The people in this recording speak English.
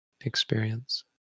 experience